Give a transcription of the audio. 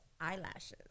eyelashes